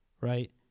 Right